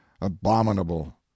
abominable